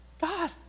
God